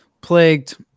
plagued